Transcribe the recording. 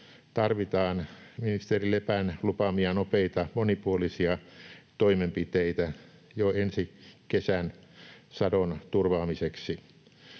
tarvitaan ministeri Lepän lupaamia nopeita, monipuolisia toimenpiteitä jo ensi kesän sadon turvaamiseksi.